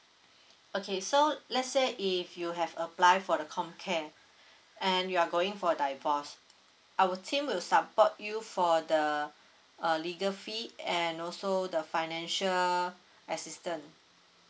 okay so let's say if you have apply for the com care and you are going for divorce our team will support you for the uh legal fee and also the financial assistant